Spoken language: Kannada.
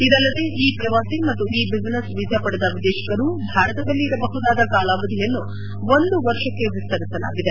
ಇದಲ್ಲದೇ ಇ ಪ್ರವಾಸಿ ಮತ್ತು ಇ ಬಿಸನೆಸ್ ವೀಸಾ ಪಡೆದ ವಿದೇಶಿಗರು ಭಾರತದಲ್ಲಿ ಇರಬಹುದಾದ ಕಾಲಾವಧಿಯನ್ನು ಒಂದು ವರ್ಷಕ್ಕೆ ವಿಸ್ತರಿಸಲಾಗಿದೆ